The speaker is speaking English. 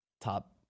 top